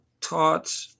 taught